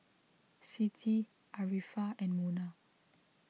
Siti Arifa and Munah